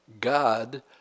God